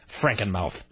Frankenmouth